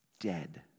dead